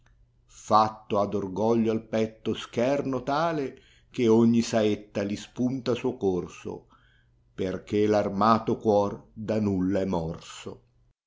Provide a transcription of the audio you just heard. fatto ha d orgoglio al petto scherno tale che ogni saetta li spunta suo corso perchè v armato cuor da nulla è morso